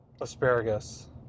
asparagus